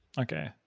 Okay